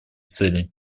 целей